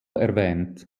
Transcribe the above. erwähnt